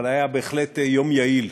אבל היה בהחלט יום יעיל,